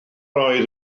oedd